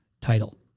title